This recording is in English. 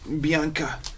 Bianca